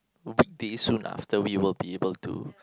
weekdays soon lah after we will be able to